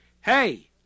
Hey